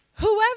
Whoever